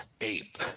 ape